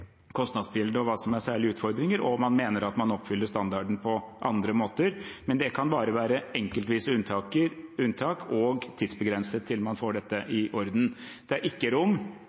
hva som er særlige utfordringer, og om man mener at man oppfyller standarden på andre måter. Det kan bare være enkeltvise unntak – og tidsbegrenset – til man får dette i orden, det er ikke rom